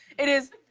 it is.